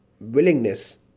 willingness